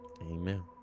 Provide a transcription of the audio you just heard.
amen